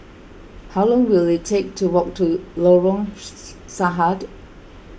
how long will it take to walk to Lorong Sahad